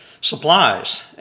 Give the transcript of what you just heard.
supplies